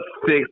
six